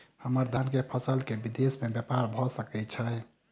हम्मर धान केँ फसल केँ विदेश मे ब्यपार भऽ सकै छै?